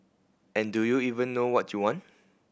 and do you even know what you want